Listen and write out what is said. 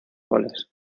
goles